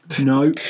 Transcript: no